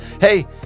Hey